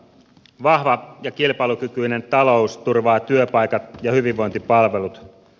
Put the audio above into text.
vahva ja kilpailukykyinen talous turvaa työpaikat ja hyvinvointipalvelut